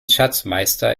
schatzmeister